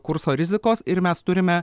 kurso rizikos ir mes turime